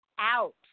out